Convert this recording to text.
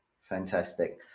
Fantastic